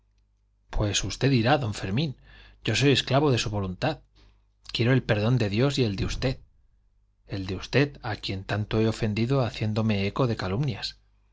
pues usted dirá don fermín yo soy esclavo de su voluntad quiero el perdón de dios y el de usted el de usted a quien tanto he ofendido haciéndome eco de calumnias